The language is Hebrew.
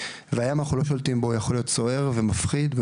אנחנו לא שולטים בים הוא יכול להיות סוער ומפחיד,